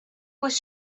was